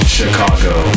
Chicago